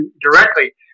directly